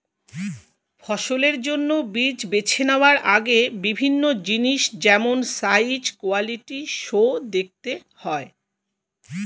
ফসলের জন্য বীজ বেছে নেওয়ার আগে বিভিন্ন জিনিস যেমন সাইজ, কোয়ালিটি সো দেখতে হয়